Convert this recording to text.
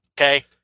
okay